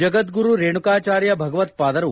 Jagadguru Renukacharya ಭಗವತ್ವಾದರು